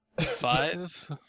Five